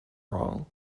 wrong